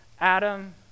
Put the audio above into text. Adam